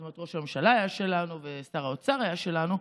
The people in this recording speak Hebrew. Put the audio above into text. זאת אומרת שראש הממשלה היה שלנו ושר האוצר היה שלנו,